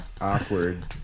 Awkward